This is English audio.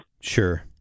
Sure